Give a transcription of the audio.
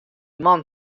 man